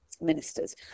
ministers